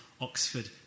Oxford